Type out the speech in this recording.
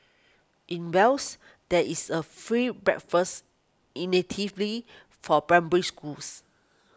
in Wales there is a free breakfast for Primary Schools